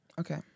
Okay